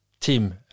team